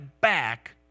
back